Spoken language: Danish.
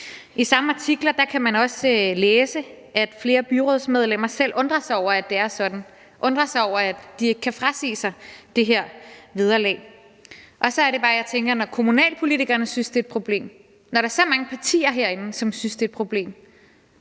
I samme artikler kan man også læse, at flere byrådsmedlemmer selv undrer sig over, at det er sådan; undrer sig over, at de ikke kan frasige sig det her vederlag. Og så er det bare, jeg tænker, at når kommunalpolitikerne synes, det er et problem, når der er så mange partier herinde, som synes, det er et problem,